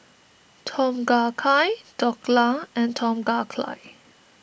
Tom Kha Gai Dhokla and Tom Kha Gai